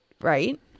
Right